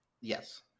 Yes